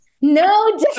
No